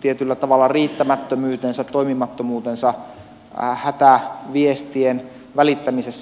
tietyllä tavalla riittämättömyytensä toimimattomuutensa hätäviestien välittämisessä